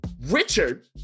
Richard